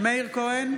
מאיר כהן,